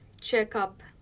checkup